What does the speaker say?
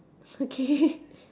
okay